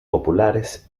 populares